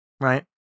Right